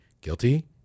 Guilty